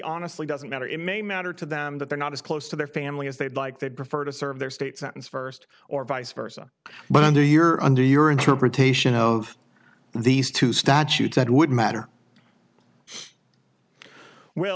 honestly doesn't matter it may matter to them that they're not as close to their family as they'd like they'd prefer to serve their state sentence first or vice versa but under your under your interpretation of these two statutes that would matter well